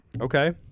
Okay